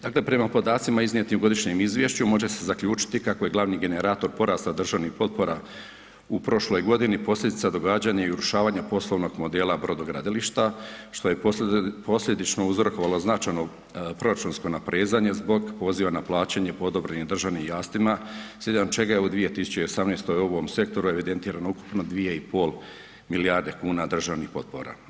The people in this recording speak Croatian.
Dakle prema podacima iznijetim u godišnjem izvješću može se zaključiti kako je glavni generator porasta državnih potpora u prošloj godini posljedica događanja i urušavanja poslovnog modela brodogradilišta što je posljedično uzrokovalo značajno proračunsko naprezanje zbog poziva na plaćanje po odobrenim državnim jamstvima slijedom čega je u 2018. u ovom sektoru evidentirano ukupno 2,5 milijarde kuna državnih potpora.